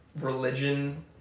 religion